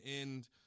end